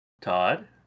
Todd